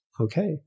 okay